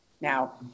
Now